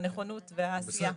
והנכונות והעשייה.